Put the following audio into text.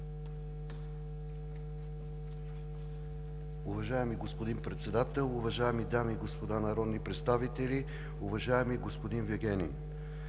Уважаеми господин Председател, уважаеми дами и господа народни представители! Уважаеми господин Гечев,